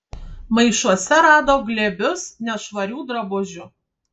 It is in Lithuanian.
maišuose rado glėbius nešvarių drabužių